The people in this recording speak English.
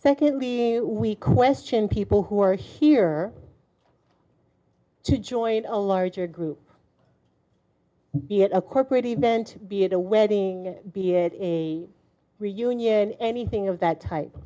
secondly we question people who are here to join a larger group be it a corporate event be it a wedding be a reunion anything of that type